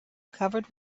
covered